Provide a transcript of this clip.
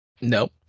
Nope